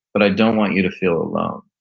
but i don't want you to feel alone.